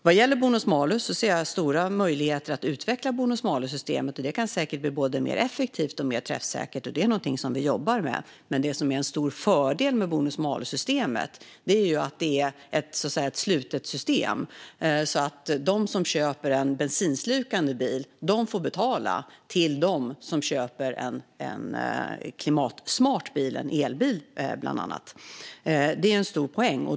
Vad gäller bonus-malus ser jag stora möjligheter att utveckla systemet. Det kan säkert bli både mer effektivt och mer träffsäkert, och det är någonting som vi jobbar med. Men den stora fördelen med bonus-malus-systemet är att det är ett så kallat slutet system. De som köper en bensinslukande bil får alltså betala till dem som köper en klimatsmart bil, till exempel en elbil. Det är en stor poäng.